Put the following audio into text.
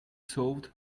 solved